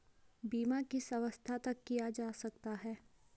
बीमा किस अवस्था तक किया जा सकता है?